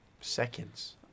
seconds